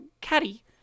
Caddy